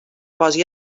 posi